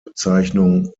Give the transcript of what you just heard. bezeichnung